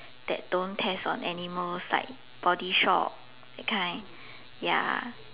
that don't test on animals like body shop that kind ya